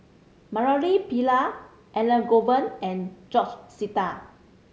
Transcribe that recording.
Murali Pillai Elangovan and George Sita